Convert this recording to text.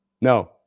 No